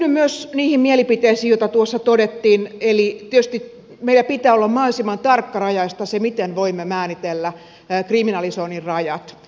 yhdyn myös niihin mielipiteisiin joita tuossa todettiin eli tietysti meillä pitää olla mahdollisimman tarkkarajaista se miten voimme määritellä kriminalisoinnin rajat